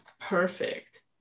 perfect